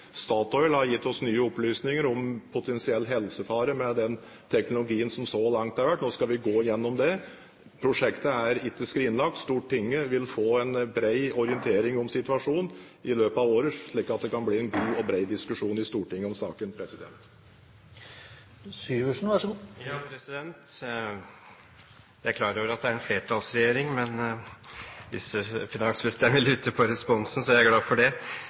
Statoil har gitt oss nye opplysninger om potensiell helsefare med den teknologien som så langt har vært. Nå skal vi gå igjennom det. Prosjektet er ikke skrinlagt, Stortinget vil få en bred orientering om situasjonen i løpet av året, slik at det kan bli en god og bred diskusjon i Stortinget om saken. Jeg er klar over at det er en flertallsregjering, men hvis finansministeren vil lytte til responsen, er jeg glad for det.